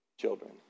children